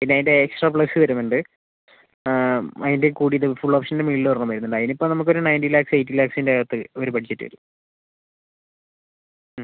പിന്നെ അതിൻ്റെ extra plus വരുന്നുണ്ട് അതിൻ്റെയും കൂട്ടിയിട്ട് ഫുൾ ഓപ്ഷനിൽ മേലിൽ ഒരെണ്ണം വരുന്നുണ്ട് അതിന് ഇപ്പോൾ നമുക്ക് ഒരു നൈൻറ്റീൻ ലാക്ക്സ് എയ്റ്റീൻ ലാക്ക്സിൻ്റെ അകത്ത് ഒരു ബഡ്ജറ്റ് വരും മ്